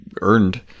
earned